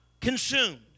consumed